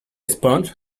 sponge